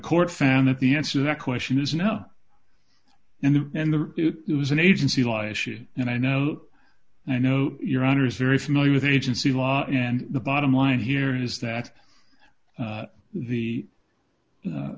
court found that the answer that question is no and the and the it was an agency law issue and i know i know your honor is very familiar with agency law and the bottom line here is that the th